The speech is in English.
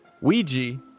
Ouija